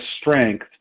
strength